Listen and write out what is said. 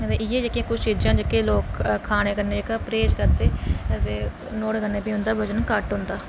अते इ'यै जेह्कियां किश चीजां जेह्के लोक खाने कन्नै अते नुहाड़े कन्नै बी उं'दा वजन घट्ट होंदा